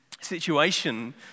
situation